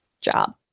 job